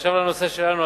עכשיו לנושא שלנו,